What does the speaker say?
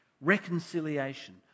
reconciliation